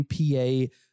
UPA